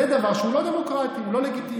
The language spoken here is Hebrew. זה דבר שהוא לא דמוקרטי, הוא לא לגיטימי.